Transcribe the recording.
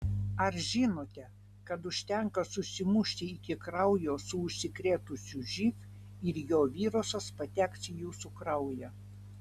ar žinote kad užtenka susimušti iki kraujo su užsikrėtusiu živ ir jo virusas pateks į jūsų kraują